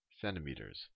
centimeters